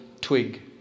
twig